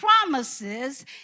promises